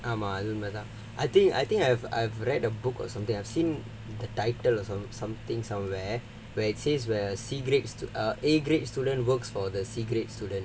வந்து:vandhu I think I think I've I've read a book or something I've seen the title or something somewhere where it says where C grade err A grade student works for the C grade student